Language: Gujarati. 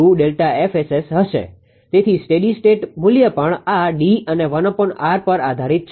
તેથી સ્ટેડી સ્ટેટ મૂલ્ય પણ આ D અને પર આધારીત છે